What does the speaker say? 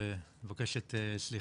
אני מבקש את סליחתך